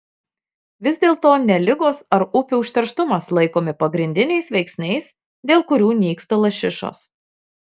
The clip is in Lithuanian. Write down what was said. vis dėlto ne ligos ar upių užterštumas laikomi pagrindiniais veiksniais dėl kurių nyksta lašišos